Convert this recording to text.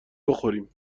بخوریم